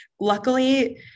luckily